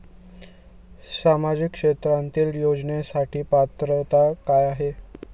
सामाजिक क्षेत्रांतील योजनेसाठी पात्रता काय आहे?